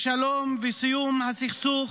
שלום וסיום הסכסוך